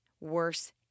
worse